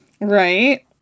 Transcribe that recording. Right